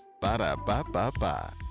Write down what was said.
Ba-da-ba-ba-ba